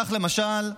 כך, למשל,